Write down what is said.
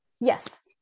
yes